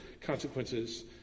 consequences